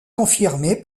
confirmée